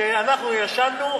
כשאנחנו ישנו,